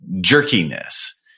jerkiness